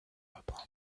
reprend